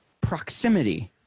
proximity